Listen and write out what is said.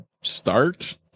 start